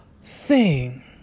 sing